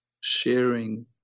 sharing